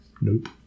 Nope